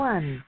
One